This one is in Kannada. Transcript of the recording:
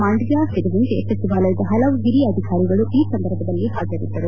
ಮಾಂಡವೀಯ ಸೇರಿದಂತೆ ಸಚಿವಾಲಯದ ಹಲವು ಹಿರಿಯ ಅಧಿಕಾರಿಗಳು ಈ ಸಂದರ್ಭದಲ್ಲಿ ಹಾಜರಿದ್ದರು